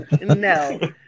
No